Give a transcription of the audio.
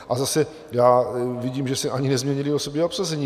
A zase, já vidím, že se ani nezměnily osoby a obsazení.